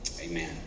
Amen